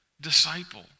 disciple